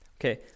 Okay